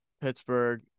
Pittsburgh